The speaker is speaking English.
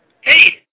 Hey